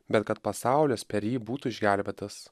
bet kad pasaulis per jį būtų išgelbėtas